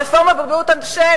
רפורמה בבריאות השן,